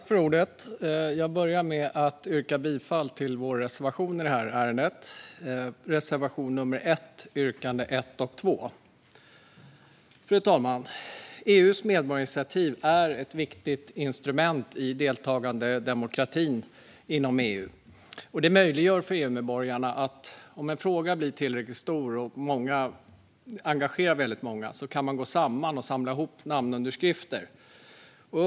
Fru talman! Jag börjar med att yrka bifall till vår reservation i detta ärende. Det gäller reservation 1, yrkandena 1 och 2. Fru talman! EU:s medborgarinitiativ är ett viktigt instrument i deltagandedemokratin inom EU. Det möjliggör för EU-medborgarna att gå samman och samla ihop namnunderskrifter om en fråga blir tillräckligt stor och engagerar väldigt många.